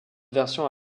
version